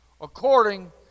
according